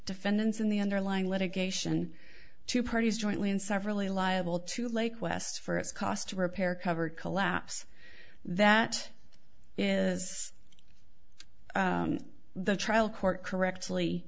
defendants in the underlying litigation two parties jointly and severally liable to lake west for its cost to repair covered collapse that is the trial court correctly